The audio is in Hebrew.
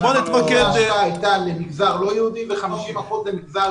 ההקצאה הייתה למגזר לא יהודי ו-50 אחוזים למגזר